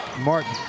Martin